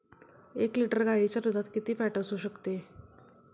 एक लिटर गाईच्या दुधात किती फॅट असू शकते?